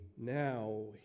now